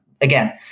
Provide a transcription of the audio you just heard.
again